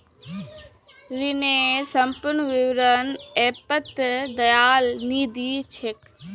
ऋनेर संपूर्ण विवरण ऐपत दखाल नी दी छेक